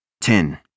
ten